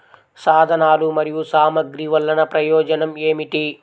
సాధనాలు మరియు సామగ్రి వల్లన ప్రయోజనం ఏమిటీ?